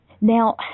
now